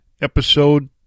episode